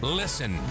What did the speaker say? listen